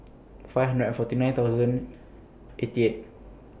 five hundred and forty nine thousand eighty eight